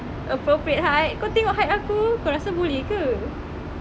appropriate height kau tengok height aku kau rasa boleh ke